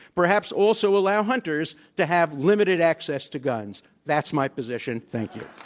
perhaps also allow hunters to have limited access to guns. that's my position. thank you.